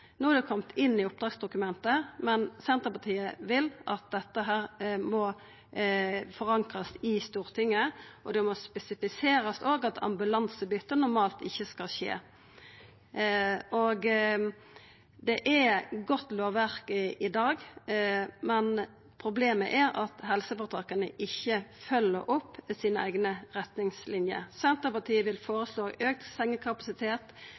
No har det kome inn i oppdragsdokumentet, men Senterpartiet vil at dette skal forankrast i Stortinget, og det må òg spesifiserast at ambulansebyte normalt ikkje skal skje. Det er godt lovverk i dag, men problemet er at helseføretaka ikkje følgjer opp sine eigne retningsliner. Senterpartiet vil føreslå auka sengekapasitet,